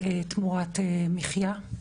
תמורת מחייה.